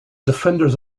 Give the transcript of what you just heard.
defenders